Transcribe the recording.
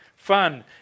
Fun